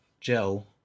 gel